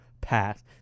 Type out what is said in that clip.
pass